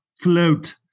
float